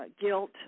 guilt